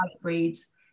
breeds